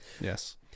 Yes